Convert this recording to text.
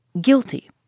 Guilty